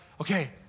okay